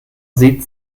sieht